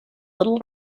little